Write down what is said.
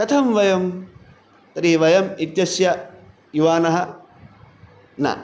कथं वयं तर्हि वयम् इत्यस्य युवानः न